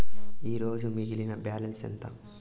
ఈరోజు మిగిలిన బ్యాలెన్స్ ఎంత?